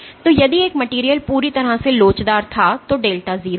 तो यदि एक मटेरियल पूरी तरह से लोचदार था तो डेल्टा 0 है